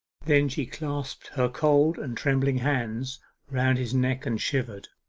then she clasped her cold and trembling hands round his neck and shivered.